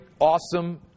awesome